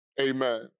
amen